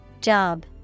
Job